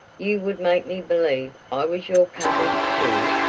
you would make me believe i was your cousin, too.